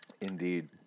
Indeed